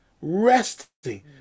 resting